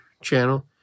channel